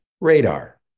radar